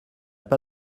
pas